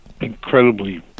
incredibly